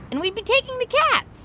and we'd be taking the cats